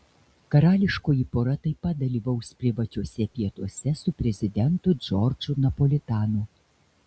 karališkoji pora taip pat dalyvaus privačiuose pietuose su prezidentu džordžu napolitanu